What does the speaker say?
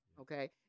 Okay